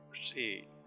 see